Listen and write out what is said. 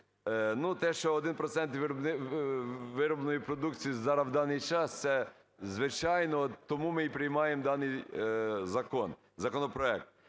процент виробленої продукції зараз, в даний час, це звичайно, тому ми і приймаємо даний законопроект.